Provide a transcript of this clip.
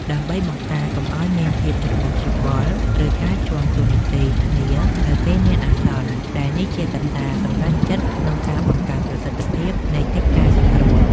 ដើម្បីបង្ការកុំឱ្យមានភាពច្របូកច្របល់ ឬការជាន់តួនាទីគ្នានៅពេលមានអាសន្ន ដែលនេះជាកត្តាសម្រេចចិត្តក្នុងការបង្កើនប្រសិទ្ធភាពនៃកិច្ចការសង្គ្រោះ។